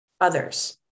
others